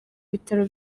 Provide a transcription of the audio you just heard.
bitaro